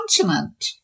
continent